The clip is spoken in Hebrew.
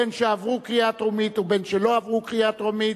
בין שעברו קריאה טרומית ובין שלא עברו קריאה טרומית.